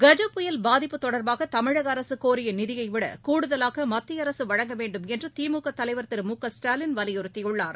கஜ புயல் பாதிப்பு தொடர்பாகதமிழகஅரசுகோரியநிதியைவிடகூடுதலாகமத்தியஅரசுவழங்க வேண்டும் என்றுதிமுகதலைவர் திரு மு க ஸ்டாலின் வலியுறுத்தியுள்ளார்